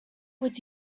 would